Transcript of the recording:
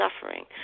suffering